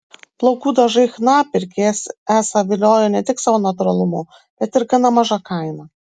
plaukų dažai chna pirkėjas esą viliojo ne tik savo natūralumu bet ir gana maža kaina